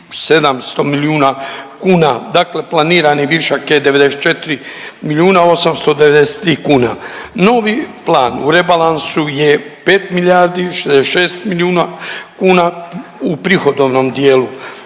700 milijuna kuna. Dakle, planirani višak je 94 milijuna 893 kune. Novi plan u rebalansu je 5 milijardi 66 milijuna kuna u prihodovnom dijelu